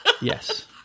Yes